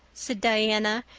said diana,